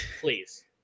please